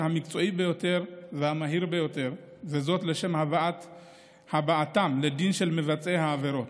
המקצועי ביותר והמהיר ביותר לשם הבאתם לדין של מבצעי העבירות.